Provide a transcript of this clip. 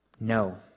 no